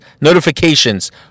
notifications